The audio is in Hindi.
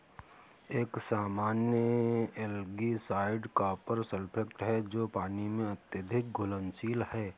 एक सामान्य एल्गीसाइड कॉपर सल्फेट है जो पानी में अत्यधिक घुलनशील है